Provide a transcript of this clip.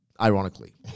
Ironically